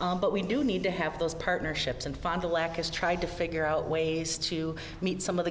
but we do need to have those partnerships and fond du lac has tried to figure out ways to meet some of the